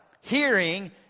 hearing